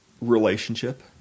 Relationship